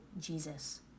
Jesus